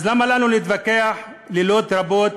אז למה לנו להתווכח לילות רבים,